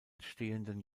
stehenden